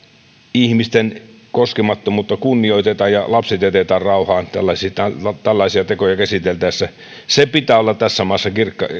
ihmisten koskemattomuutta kunnioitetaan ja lapset jätetään rauhaan pitää tällaisia tekoja käsiteltäessä olla tässä maassa